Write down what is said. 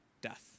death